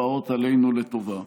הבאות עלינו לטובה.